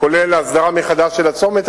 כולל הסדרה מחדש של הצומת.